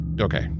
okay